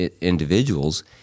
individuals